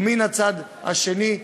ומן הצד השני,